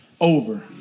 over